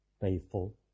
faithful